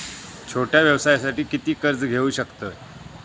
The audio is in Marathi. छोट्या व्यवसायासाठी किती कर्ज घेऊ शकतव?